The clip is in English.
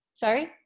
Sorry